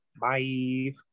Bye